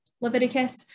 Leviticus